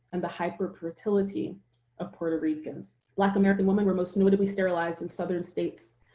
and the hyper-fertility of puerto ricans. black american women were most notably sterilized in southern states.